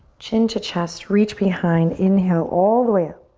chin to chest, reach behind. inhale, all the way up.